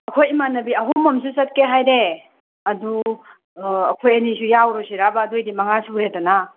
ꯑꯩꯈꯣꯏ ꯏꯃꯥꯟꯅꯕꯤ ꯑꯍꯨꯝ ꯑꯃꯁꯨ ꯆꯠꯀꯦ ꯍꯥꯏꯔꯦ ꯑꯗꯨ ꯑꯩꯈꯣꯏ ꯑꯅꯤꯁꯨ ꯌꯥꯎꯔꯨꯁꯤꯔꯕ ꯑꯗꯨ ꯑꯣꯏꯔꯗꯤ ꯃꯉꯥ ꯁꯨꯔꯦꯗꯅ